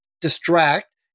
distract